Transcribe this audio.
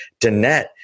Danette